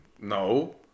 No